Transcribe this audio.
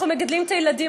אנחנו מגדלים את הילדים,